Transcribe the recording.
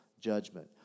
judgment